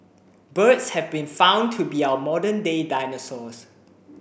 birds have been found to be our modern day dinosaurs